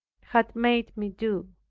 had made me do,